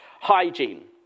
hygiene